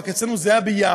רק אצלנו זה היה ביערות,